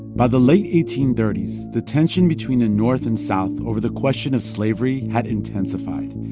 by the late eighteen thirty s, the tension between the north and south over the question of slavery had intensified.